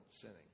sinning